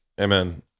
amen